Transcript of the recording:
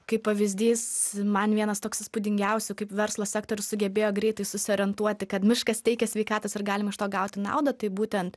kaip pavyzdys man vienas toks įspūdingiausių kaip verslo sektorius sugebėjo greitai susiorientuoti kad miškas teikia sveikatos ir galim iš to gauti naudą tai būtent